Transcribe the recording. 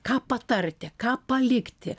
ką patarti ką palikti